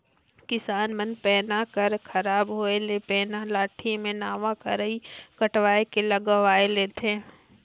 किसान मन पैना कर खराब होए ले पैना लाठी मे नावा अरई कटवाए के लगवाए लेथे